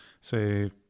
say